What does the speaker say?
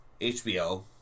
HBO